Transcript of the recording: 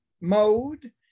mode